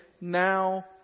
Now